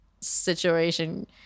situation